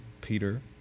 Peter